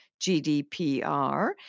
GDPR